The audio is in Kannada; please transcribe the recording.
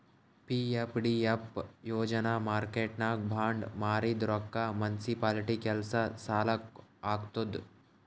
ಪಿ.ಎಫ್.ಡಿ.ಎಫ್ ಯೋಜನಾ ಮಾರ್ಕೆಟ್ನಾಗ್ ಬಾಂಡ್ ಮಾರಿದ್ ರೊಕ್ಕಾ ಮುನ್ಸಿಪಾಲಿಟಿ ಕೆಲ್ಸಾ ಸಲಾಕ್ ಹಾಕ್ತುದ್